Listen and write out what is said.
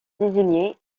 désigné